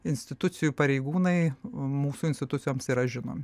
institucijų pareigūnai mūsų institucijoms yra žinomi